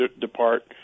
depart